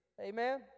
Amen